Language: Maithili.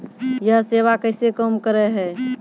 यह सेवा कैसे काम करै है?